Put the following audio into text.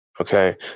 Okay